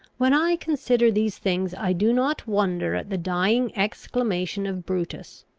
when i consider these things i do not wonder at the dying exclamation of brutus,